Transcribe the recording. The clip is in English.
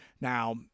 Now